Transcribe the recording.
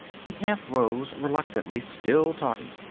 he half rose, reluctantly, still talking.